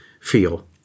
feel